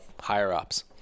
higher-ups